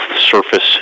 surface